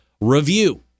review